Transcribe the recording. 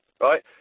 Right